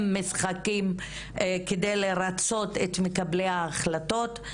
משחקים כדי לרצות את מקבלי ההחלטות.